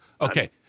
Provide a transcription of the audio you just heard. Okay